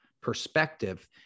perspective